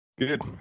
Good